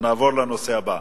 נעבור לנושא הבא,